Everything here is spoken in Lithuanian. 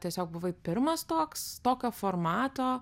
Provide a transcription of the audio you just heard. tiesiog buvai pirmas toks tokio formato